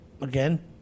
again